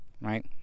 right